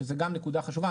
שזו גם נקודה חשובה,